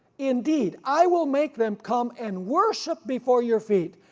indeed i will make them come and worship before your feet,